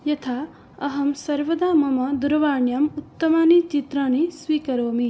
यथा अहं सर्वदा मम दूरवाण्याम् उत्तमानि चित्राणि स्वीकरोमि